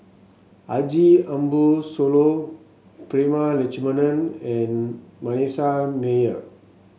Haji Ambo Sooloh Prema Letchumanan and Manasseh Meyer